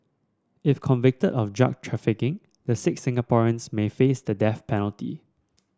if convicted of drug trafficking the six Singaporeans may face the death penalty